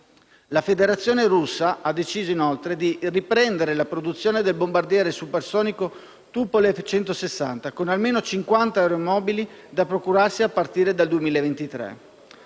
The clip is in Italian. La Federazione russa ha inoltre deciso di riprendere la produzione del bombardiere supersonico Tupolev Tu-160, con almeno 50 aeromobili da procurarsi a partire dal 2023.